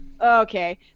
Okay